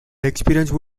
experience